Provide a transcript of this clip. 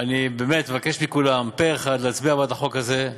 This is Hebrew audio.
אני באמת מבקש מכולם להצביע פה אחד בעד החוק הזה.